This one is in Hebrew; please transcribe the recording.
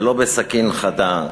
ולא בסכין חדה,